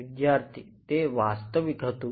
વિદ્યાર્થી તે વાસ્તવિક હતું